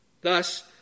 Thus